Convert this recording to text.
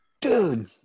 dude